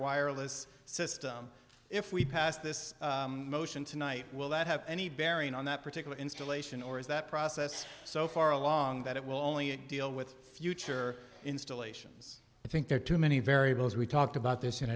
wireless system if we passed this motion tonight will that have any bearing on that particular installation or is that process so far along that it will only it deal with future installations i think there are too many variables we've talked about this in